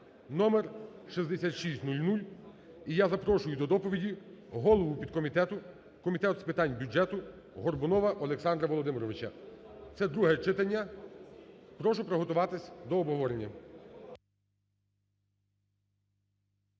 (№ 6600). І я запрошую до доповіді голову підкомітету Комітету з питань бюджету Горбунова Олександра Володимировича. Це друге читання, прошу приготуватись до обговорення.